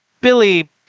Billy